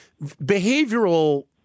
behavioral